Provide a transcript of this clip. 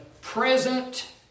present